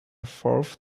fourth